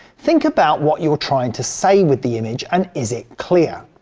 think about what you're trying to say with the image and is it clear.